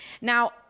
Now